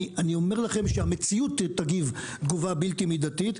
אני אומר לך שהמציאות תגובה בלתי מידתית,